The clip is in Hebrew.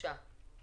26 ו-27 התקבלו.